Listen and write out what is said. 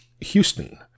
Houston